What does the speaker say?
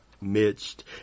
midst